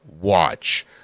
watch